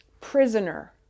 Prisoner